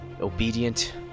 obedient